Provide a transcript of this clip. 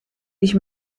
ich